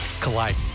Colliding